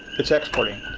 it's exporting.